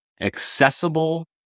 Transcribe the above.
accessible